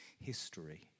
history